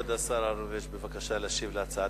כבוד השר אהרונוביץ, בבקשה להשיב על ההצעה